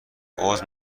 عذر